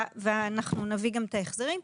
ואנחנו נביא גם את ההחזרים.